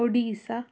Odisha